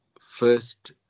first